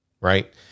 right